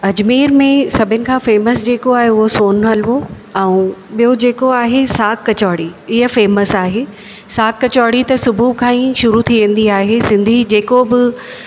अजमेर में सभिनि खां फेमस जेको आहे उहो सोन हलवो ऐं ॿियो जेको आहे साग कचौड़ी इहे फेमस आहे साग कचौड़ी त सुबुह खां ई शुरू थी वेंदी आहे सिंधी जेको बि